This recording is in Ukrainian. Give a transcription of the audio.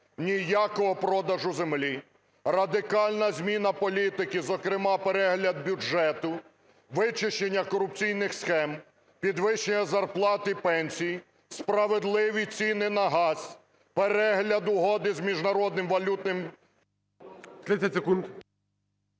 ніякого продажу землі; радикальна зміна політики, зокрема, перегляд бюджету; вичищення корупційних схем; підвищення зарплат і пенсій; справедливі ціни на газ; перегляд угоди з Міжнародним валютним… ГОЛОВУЮЧИЙ. 30 секунд.